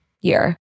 year